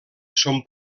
són